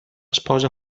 sposa